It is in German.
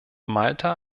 malta